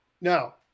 Now